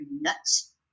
nuts